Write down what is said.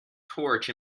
torch